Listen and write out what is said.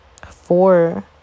four